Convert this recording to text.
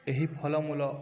ଏହି ଫଳମୂଳ